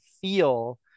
feel